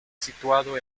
situado